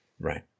Right